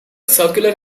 circular